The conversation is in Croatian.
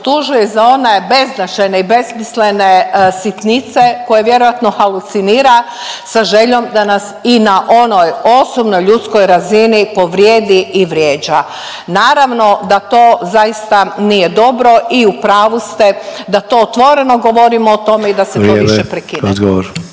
optužuje za one beznačajne i besmislene sitnice koje vjerojatno halucinira sa željom da nas i na onoj osobnoj ljudskoj razini povrijedi i vrijeđa. Naravno da to zaista nije dobro i u pravu ste da to otvoreno govorimo o tome…/Upadica Sanader: